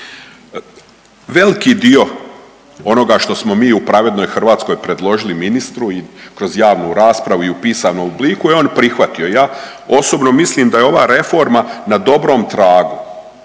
Veliki dio onoga što smo mi u pravednoj Hrvatskoj predložili ministru i kroz javnu raspravu i u pisanom obliku je on prihvatio i ja osobno mislim da je ova reforma na dobrom tragu,